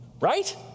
Right